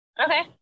okay